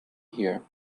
here